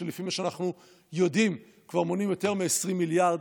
שלפי מה שאנחנו יודעים כבר מונים יותר מ-20 מיליארד?